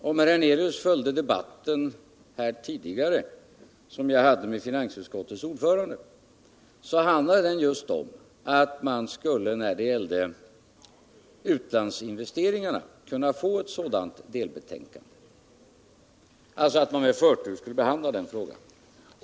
Om herr Hernelius följde den debatt som jag hade med finansutskottets ordförande här tidigare skulle han veta att den just handlade om huruvida vi skulle kunna få sådana delbetänkanden när det gäller utlandsinvesteringarna, om utredningen alltså kunde behandla den frågan med förtur.